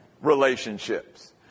relationships